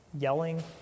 yelling